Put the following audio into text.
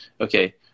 Okay